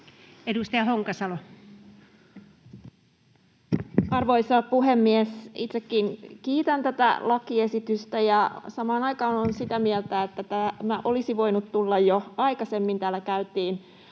14:26 Content: Arvoisa puhemies! Itsekin kiitän tätä lakiesitystä, ja samaan aikaan olen sitä mieltä, että tämä olisi voinut tulla jo aikaisemmin. Täällä käytiin